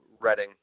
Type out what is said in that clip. Reading